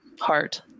heart